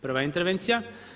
Prva intervencija.